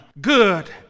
good